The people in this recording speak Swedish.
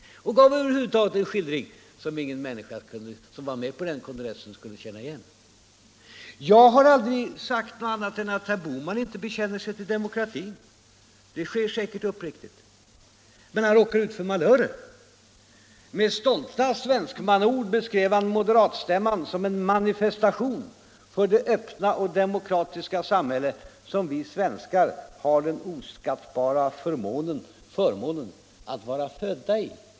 Han gav över huvud taget en skildring som ingen människa som var med på kongressen kunde känna igen. Jag har aldrig sagt annat än att herr Bohman bekänner sig till demokratin. Det sker säkert uppriktigt. Men han råkar ut för malörer. Med stolta svenskmannaord beskrev han moderatstämman som en ”manifestation för det öppna och demokratiska samhället som vi svenskar har | den oskattbara förmånen att vara födda i”.